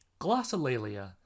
Glossolalia